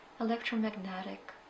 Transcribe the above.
electromagnetic